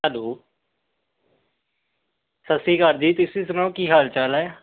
hello ਸਤਿ ਸ਼੍ਰੀ ਅਕਾਲ ਜੀ ਤੁਸੀਂ ਸੁਣਾਓ ਕੀ ਹਾਲ ਚਾਲ ਹੈ